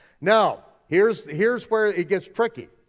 now, here's here's where it gets tricky,